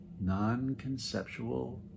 non-conceptual